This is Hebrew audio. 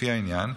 לפי העניין,